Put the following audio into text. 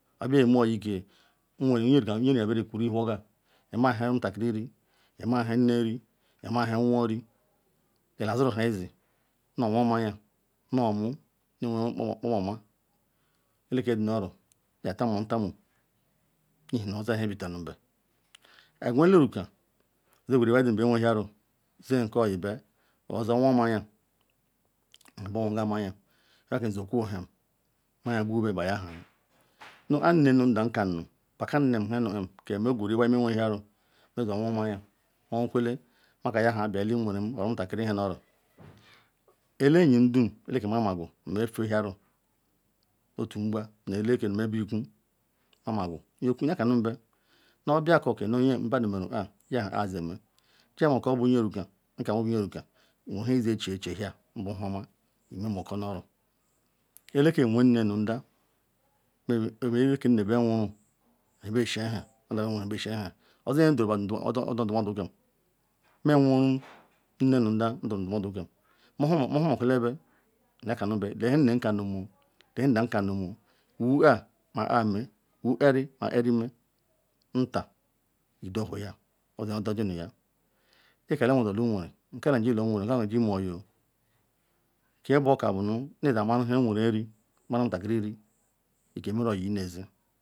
obia ome oyi ka nweren nyeriya, berere kuru whorga Ima nhe. Omutakiri ri Ima nhe nneri mahe nwo ri Idaziri nu nhe zi nu owu mayia nu omuo newen nkpoma oma eke di nu-oro yetamutamu Ihena nu owen Ihe ibitanunu be. Agwa ele ruka ziqweru Iwaidum bewehiaru zino ko-oyibe zi owo mayia nu nha be woga mayia Iwaikam, yokunha mayia gbube beyaha, nu kpo nnem nu ndam kanunu bekana nhe nukpa ke meqwuru Iwai owo-mayia mewokule be him nweren ma omutakiri nhe nu oro. Ele-enyi dum eleke ma-magu nu me fehiaru otu ngba ma-eleke nu me bu uku me magu nukunu neakanu be nu obiako ke nu badu meru kpa bu ayame kanu bu nyeruka, ka nu bu nye- ruka bu nhe Iye che-chehia nbu huoma Imemako nu oro, eleke nwen nne nu ndah maybe eleke nne be nu ndah be woru nu hashenhe ozinye durume odi ndumuodukam mehia nweru nne nu ndah nduru ndumuodukam mohumakala be naka makonube Lee nhe nne nu ndah kanimoo Wookpa ma kpa me wookari ma karime nta udo huhia odi odojinuya. Kalanu jiwa yolu nweren nkala jiwa nluo nweren mobu jiwa mekala oyioo, ke bu oka bu nu Iyamaru nhe nweren ri maru nhe omutakiri ri ke meru oyi nzi.